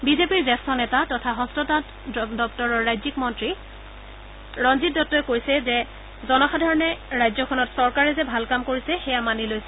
বিজেপিৰ জ্যেষ্ঠ নেতা তথা হস্ততাঁত দপ্তৰৰ ৰাজ্যিক মন্ত্ৰী ৰঞ্জিত দত্তই কৈছে যে জনসাধাৰণে ৰাজ্যখনত চৰকাৰে যে ভাল কাম কৰিছে সেয়া মানি লৈছে